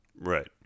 Right